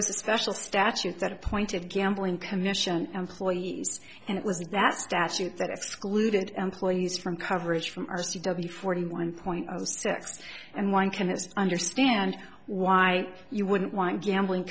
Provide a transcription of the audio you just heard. was a special statute that appointed gambling commission employees and it was that statute that excluded employees from coverage from r c w forty one point six and one chemist understand why you wouldn't want gambling